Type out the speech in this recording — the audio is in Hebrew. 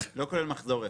כולל מחזור אפס.